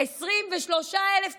23,000 תיקים,